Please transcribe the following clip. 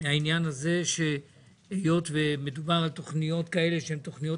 מהעניין הזה שהיות שמדובר על תכניות כאלה שהן תכניות